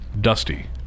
Dusty